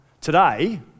today